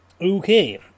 Okay